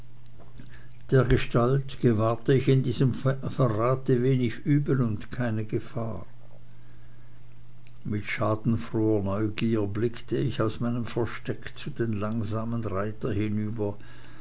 dergestalt gewahrte ich in diesem verrate wenig übel und keine gefahr mit schadenfroher neugier blickte ich aus meinem versteck zu dem langsamen reiter hinüber